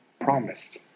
promised